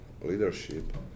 leadership